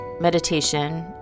meditation